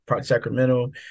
Sacramento